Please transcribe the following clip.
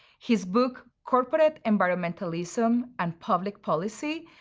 his book corporate environmentalism and public policy,